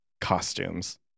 costumes